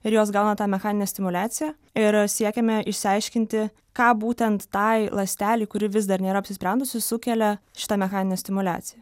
ir jos gauna tą mechaninę stimuliaciją ir siekiame išsiaiškinti ką būtent tai ląstelei kuri vis dar nėra apsisprendusi sukelia šita mechaninė stimuliacija